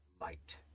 light